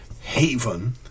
haven